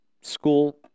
school